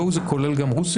go זה כולל גם רוסיה?